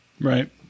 right